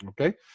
okay